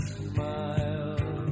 smile